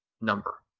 number